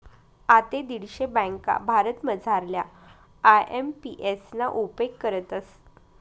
आते दीडशे ब्यांका भारतमझारल्या आय.एम.पी.एस ना उपेग करतस